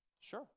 Sure